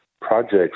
projects